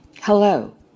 Hello